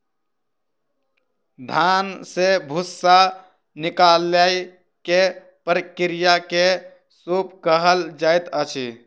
धान से भूस्सा निकालै के प्रक्रिया के सूप कहल जाइत अछि